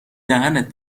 دهنت